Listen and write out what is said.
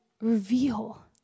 reveal